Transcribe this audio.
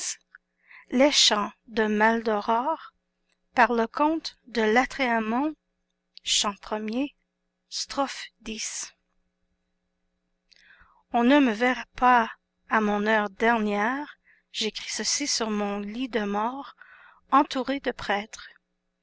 vieil océan on ne me verra pas à mon heure dernière j'écris ceci sur mon lit de mort entouré de prêtres